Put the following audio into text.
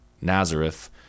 Nazareth